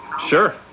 Sure